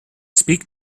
speak